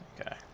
Okay